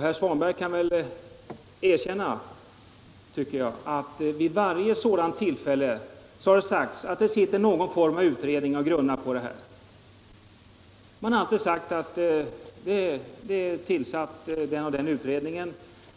Herr Svanberg kan väl erkänna, tycker jag, att vid varje sådant tillfälle har det sagts att det sitter någon utredning och grunnar på det här. Man har alltid sagt att den och den utredningen